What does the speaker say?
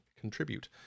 contribute